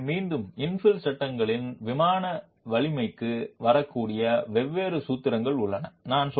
எனவே மீண்டும் இன்ஃபில் சட்டங்களின் விமான வலிமைக்கு வரக்கூடிய வெவ்வேறு சூத்திரங்கள் உள்ளன